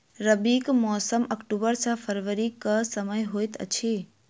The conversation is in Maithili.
रबीक मौसम अक्टूबर सँ फरबरी क समय होइत अछि